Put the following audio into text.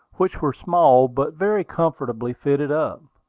which were small, but very comfortably fitted up.